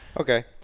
Okay